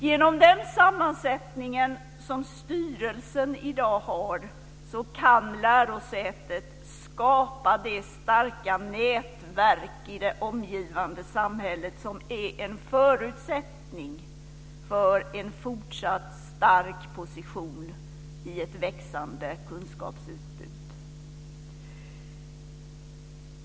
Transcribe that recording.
Genom den sammansättning som styrelsen i dag har kan lärosätet skapa det starka nätverk i det omgivande samhället som är en förutsättning för en fortsatt stark position i ett växande kunskapsutbud.